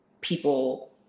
people